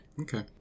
Okay